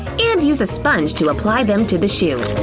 and use a sponge to apply them to the shoe.